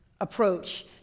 approach